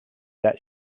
that